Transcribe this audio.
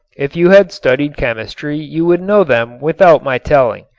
if you had studied chemistry you would know them without my telling.